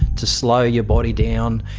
to slow your body down,